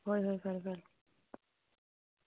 ꯍꯣꯏ ꯍꯣꯏ ꯐꯔꯦ ꯐꯔꯦ